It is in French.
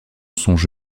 songe